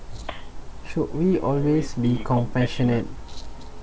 should we always be compassionate